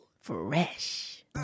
Fresh